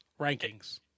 rankings